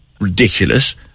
ridiculous